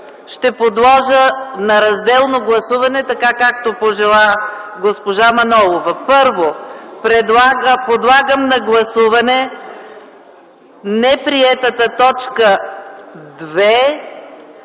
ще подложа на разделно гласуване, така както пожела госпожа Манолова: Първо, подлагам на гласуване неприетата т. 2